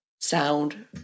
sound